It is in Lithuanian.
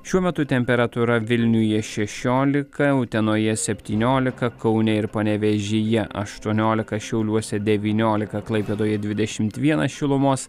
šiuo metu temperatūra vilniuje šešiolika utenoje septyniolika kaune ir panevėžyje aštuoniolika šiauliuose devyniolika klaipėdoje dvidešimt vienas šilumos